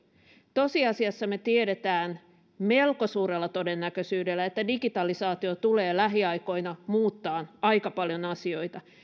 tosiasiassa me tiedämme melko suurella todennäköisyydellä että digitalisaatio tulee lähiaikoina muuttamaan aika paljon asioita